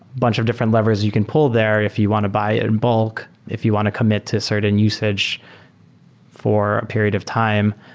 bunch of different levers you can pull there if you want to buy in bulk if you want to commit to certain usage for a period of time,